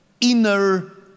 inner